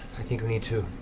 i think we need to